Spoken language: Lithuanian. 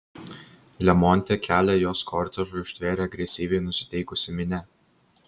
lemonte kelią jos kortežui užtvėrė agresyviai nusiteikusi minia